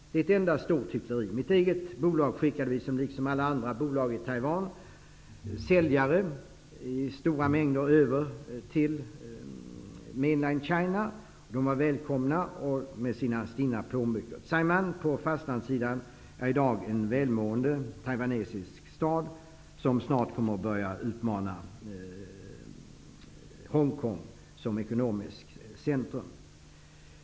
Det är ett enda stort hyckleri. Mitt eget bolag skickade, liksom alla andra bolag i China. De var välkomna med sina stinna plånböcker. Xiamen på fastlandssidan är i dag en välmående taiwanesisk stad, som snart förmår börja utmana Hongkong som ekonomiskt centrum.